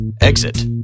Exit